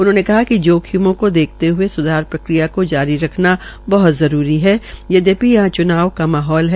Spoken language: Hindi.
उन्होने कहा कि जोखिमों को देखते हए स्धार प्रक्रिया को जारी रखना बहत जरूरी है यद्यपि यहां च्नाव का माहौल है